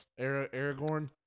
Aragorn